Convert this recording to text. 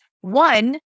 One